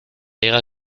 diga